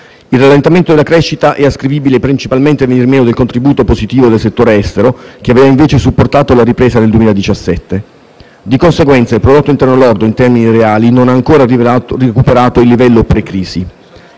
Il rallentamento della crescita è ascrivibile principalmente al venir meno del contributo positivo del settore estero, che aveva invece supportato la ripresa nel 2017. Di conseguenza, il prodotto interno lordo in termini reali non ha ancora recuperato il livello pre-crisi.